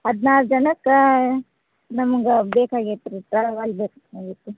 ಹದಿನಾರು ಜನಕ್ಕೆ ನಮಗೆ ಬೇಕಾಗಿತ್ತು ರೀ ಟ್ರಾವಲ್ ಬೇಕು ಆಗೈತಿ